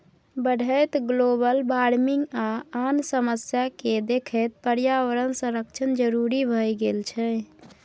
बढ़ैत global warming आ आन समस्या केँ देखैत पर्यावरण संरक्षण जरुरी भए गेल छै